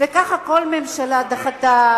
וככה, כל ממשלה דחתה